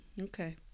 Okay